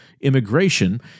immigration